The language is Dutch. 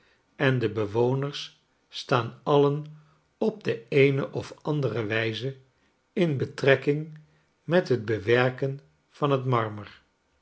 en de bewoners staan alien op de eene of andere wijze in betrekking met het bewerken van het marmer